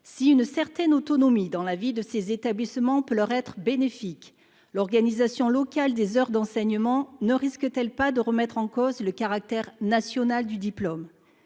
Si une certaine autonomie dans la vie de ces établissements peut être bénéfique, l'organisation locale des heures d'enseignement ne risque-t-elle pas de remettre en cause le caractère national du diplôme ?